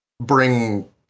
bring